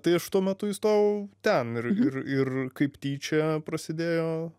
tai aš tuo metu įstojau ten ir ir ir kaip tyčia prasidėjo